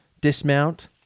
Dismount